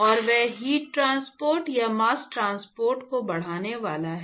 और वह heat transport या मास्स ट्रांसपोर्ट को बढ़ाने वाला है